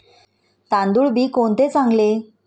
तांदूळ बी कोणते चांगले?